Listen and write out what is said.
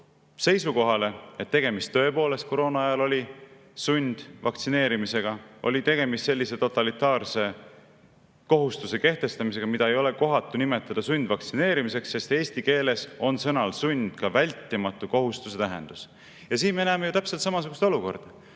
ajal oli tõepoolest tegemist sundvaktsineerimisega, oli tegemist totalitaarse kohustuse kehtestamisega, mida ei ole kohatu nimetada sundvaktsineerimiseks, sest eesti keeles on sõnal "sund" ka vältimatu kohustuse tähendus. Ja siin me näeme ju täpselt samasugust olukorda: